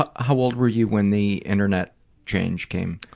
ah how old were you when the internet change came?